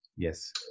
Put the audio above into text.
Yes